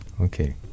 Okay